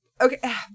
okay